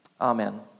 Amen